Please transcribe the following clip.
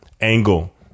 angle